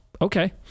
okay